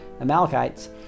Amalekites